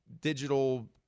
digital